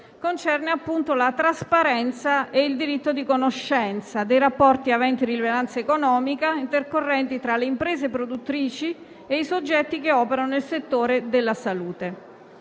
concerne la trasparenza e il diritto di conoscenza dei rapporti aventi rilevanza economica intercorrenti tra le imprese produttrici e i soggetti che operano nel settore della salute.